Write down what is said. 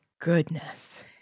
goodness